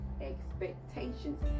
expectations